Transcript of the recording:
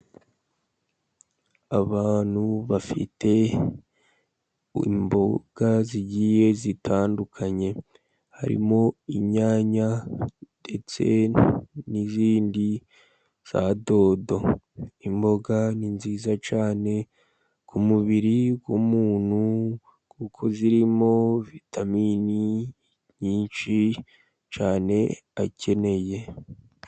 Abantu bafite imboga zigiye zitandukanye. Harimo inyanya ndetse n'izindi za dodo. Imboga ni nziza cyane ku mubiri w'umuntu, kuko zirimo vitamin nyinshi cyane akeneye.